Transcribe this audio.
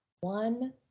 One